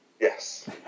Yes